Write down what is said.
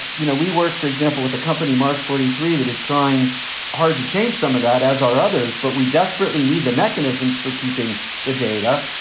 you know, we worked, for example, with a company, mach forty three that is trying hard to change some of that, as are others but we desperately need the mechanisms for keeping the data.